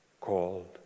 called